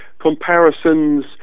comparisons